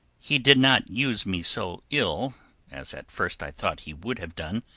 he did not use me so ill as at first i thought he would have done,